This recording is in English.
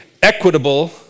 Equitable